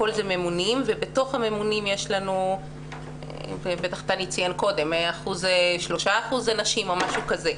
בכל זה ממונים ובתוך הממונים 3% זה נשים או משהו כזה,